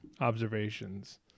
Observations